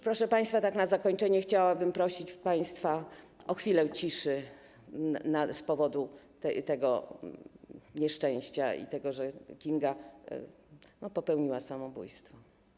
Proszę państwa, tak na zakończenie chciałabym prosić państwa o chwilę ciszy z powodu tego nieszczęścia, tego, że Kinga popełniła samobójstwo.